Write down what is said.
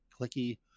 clicky